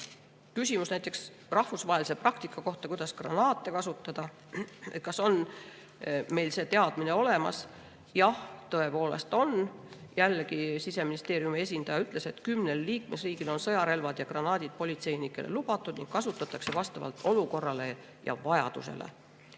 Küsimus oli näiteks rahvusvahelise praktika kohta, kuidas granaate kasutada. Kas meil on see teadmine olemas? Jah, tõepoolest on. Siseministeeriumi esindaja ütles, et kümnel liikmesriigil on sõjarelvad ja granaadid politseinikele lubatud ning neid kasutatakse vastavalt olukorrale ja vajadusele. Ma